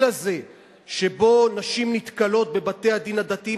הזה שנשים נתקלות בו בבתי-הדין הדתיים,